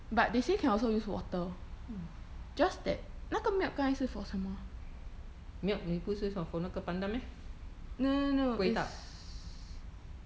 but they say can also use water just that 那个 milk 刚才是 for 什么 no no no is